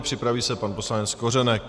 Připraví se pan poslanec Kořenek.